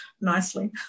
nicely